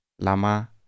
lama